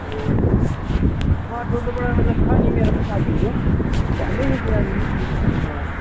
ए छ टोटोपाडामा त छ नि मेरो पनि साथीहरू भन्दैथिए तिनीहरूले पनि अँ